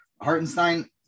Hartenstein